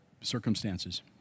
circumstances